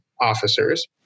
officers